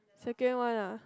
second one ah